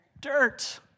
Dirt